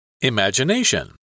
Imagination